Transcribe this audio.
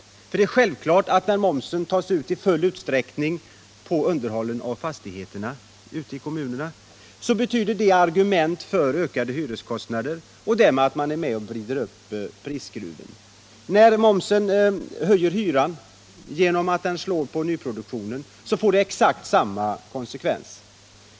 När momsen tas ut i full utsträckning på underhåll av fastigheterna i kommunerna, är det självklart att det medför argument för ökade hyreskostnader, och därmed är man med om att vrida upp prisskruven. När momsen höjer hyran genom att den slår på nyproduktionen får det exakt samma konsekvenser.